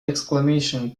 exclamation